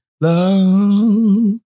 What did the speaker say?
Love